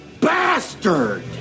bastard